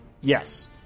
Yes